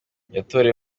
yatoreye